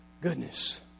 Goodness